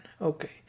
Okay